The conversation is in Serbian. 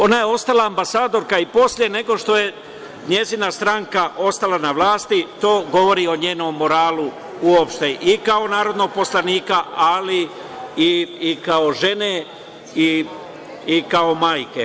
Ona je ostala ambasadorka i posle nego što je njezina stranka ostala na vlasti i to govori o njenom moralu uopšte, i kao narodnog poslanika, ali i kao žene i kao majke.